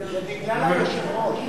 זה בגלל היושב-ראש.